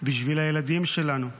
בשביל הילדים שלנו,